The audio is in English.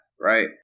right